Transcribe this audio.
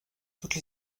toutes